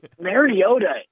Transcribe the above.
Mariota